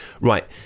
Right